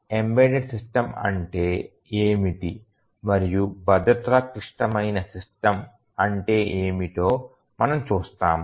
embedded system అంటే ఏమిటి మరియు భద్రతా క్లిష్టమైన సిస్టమ్ అంటే ఏమిటో మనం చూస్తాము